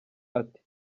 ati